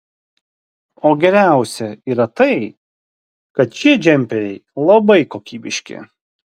o geriausia yra tai kad šie džemperiai labai kokybiški